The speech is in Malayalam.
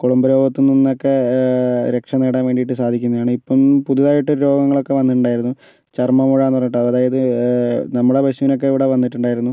കുളമ്പ് രോഗത്തിൽ നിന്നൊക്കെ രക്ഷനേടാൻ വേണ്ടിയിട്ട് സാധിക്കുന്നതാണ് ഇപ്പം പുതുതായിട്ട് രോഗങ്ങളൊക്കെ വന്നിട്ടുണ്ടായിരുന്നു ചർമ്മ മുഴ എന്ന് പറഞ്ഞിട്ട് അതായത് നമ്മുടെ പശുവിനൊക്കെ ഇവിടെ വന്നിട്ടുണ്ടായിരുന്നു